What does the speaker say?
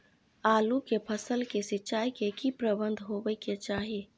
आलू के फसल के सिंचाई के की प्रबंध होबय के चाही?